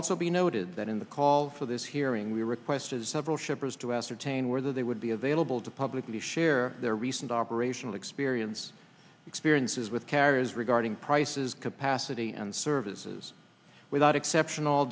also be noted that in the call for this hearing we requested several shippers to ascertain whether they would be available to publicly share their recent operational experience experiences with carriers regarding prices capacity and services without exception al